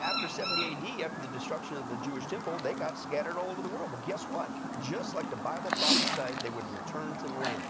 after seventy ad after the destruction of the jewish temple they got scattered all over the world. well guess what? just like the bible prophesied they would return to the land.